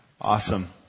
Awesome